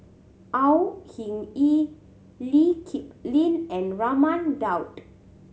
Au Hing Yee Lee Kip Lin and Raman Daud